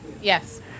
Yes